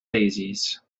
daisies